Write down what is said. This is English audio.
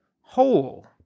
whole